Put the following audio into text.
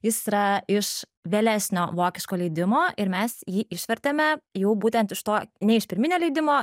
jis yra iš vėlesnio vokiško leidimo ir mes jį išvertėme jau būtent iš to ne iš pirminio leidimo